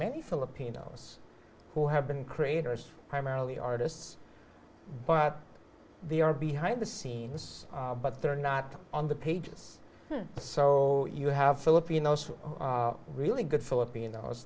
many filipinos who have been creators primarily artists but they are behind the scenes but they're not on the pages so you have filipinos who are really good filipinos